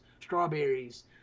strawberries